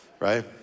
right